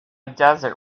desert